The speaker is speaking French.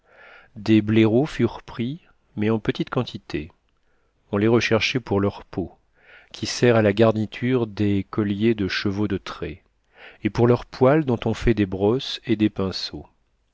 des blaireaux furent pris mais en petite quantité on les recherchait pour leur peau qui sert à la garniture des colliers de chevaux de trait et pour leurs poils dont on fait des brosses et des pinceaux